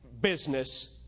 business